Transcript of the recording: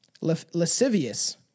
Lascivious